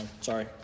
sorry